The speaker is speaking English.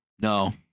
no